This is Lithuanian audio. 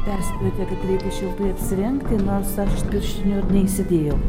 perspėjote kad reikia šiltai apsirengti nors aš pirštinių neįsidėjau